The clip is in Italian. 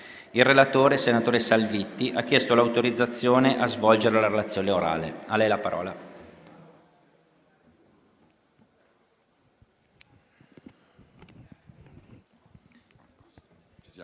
Il relatore, senatore Salvitti, ha chiesto l'autorizzazione a svolgere la relazione orale. Non facendosi